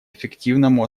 эффективному